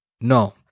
No